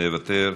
מוותר,